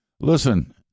Listen